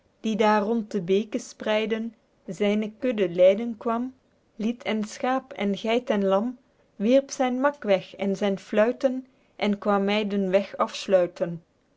die daer rond de beke spreiden zyne kudde leiden kwam liet en schaep en geit en lam wierp zyn mak weg en zyn fluiten en kwam my den weg afsluiten